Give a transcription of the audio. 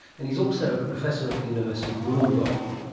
and he is also a professor at the university of wollongong.